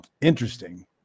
Interesting